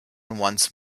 once